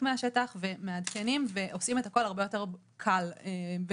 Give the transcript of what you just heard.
מהשטח ומעדכנים ועושים את הכל הרבה יותר קל ואפשרי.